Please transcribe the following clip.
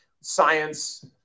Science